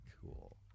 cool